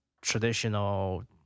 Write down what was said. traditional